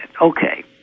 Okay